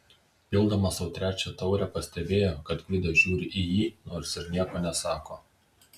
pildamas sau trečią taurę pastebėjo kad gvidas žiūri į jį nors ir nieko nesako